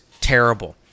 terrible